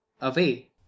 away